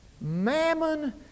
mammon